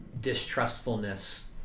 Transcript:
distrustfulness